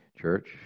Church